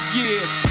years